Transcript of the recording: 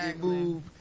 move